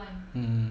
mm